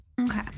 okay